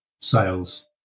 sales